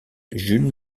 jules